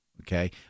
Okay